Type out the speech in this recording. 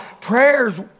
prayers